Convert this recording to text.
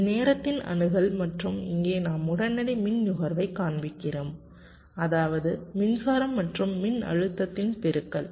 இது நேரத்தின் அணுகல் மற்றும் இங்கே நாம் உடனடி மின் நுகர்வை காண்பிக்கிறோம் அதாவது மின்சாரம் மற்றும் மின்னழுத்தத்தின் பெருக்கல்